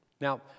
Now